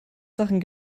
sachen